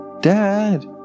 dad